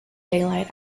daylight